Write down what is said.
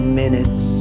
minutes